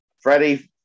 Freddie